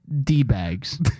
D-bags